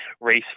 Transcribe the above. race